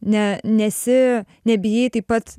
ne nesi nebijai taip pat